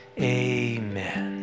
amen